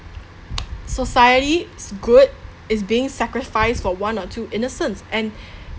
society is good is being sacrifice for one or two innocence and